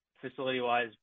facility-wise